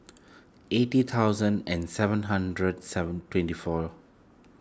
eighty thousand and seven hundred seven twenty four